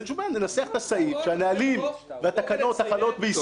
ננסח את הסעיף שהנהלים והתקנות החלות בישראל,